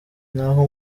naho